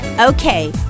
Okay